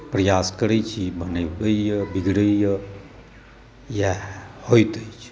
प्रयास करैत छी बनबैए बिगड़ैेए इएह होइत अछि